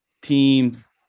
teams